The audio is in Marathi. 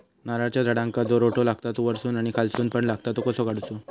नारळाच्या झाडांका जो रोटो लागता तो वर्सून आणि खालसून पण लागता तो कसो काडूचो?